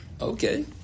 Okay